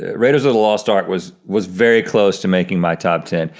ah raiders of the lost ark was was very close to making my top ten.